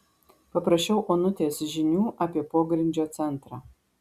paprašiau onutės žinių apie pogrindžio centrą